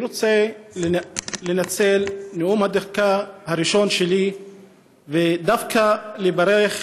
אני רוצה לנצל את נאום הדקה הראשון שלי ודווקא לברך